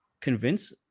convince